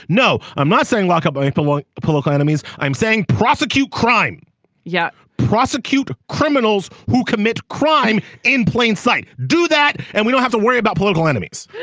no i'm not saying lock up people want political enemies. i'm saying prosecute crime yes yeah prosecute criminals who commit crime in plain sight. do that and we don't have to worry about political enemies.